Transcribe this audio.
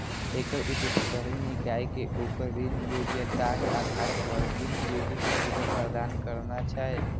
एकर उद्देश्य शहरी निकाय कें ओकर ऋण योग्यताक आधार पर ऋण वृद्धि सुविधा प्रदान करना छै